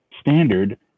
standard